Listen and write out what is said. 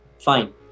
fine